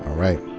right.